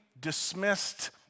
dismissed